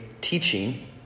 teaching